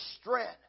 strength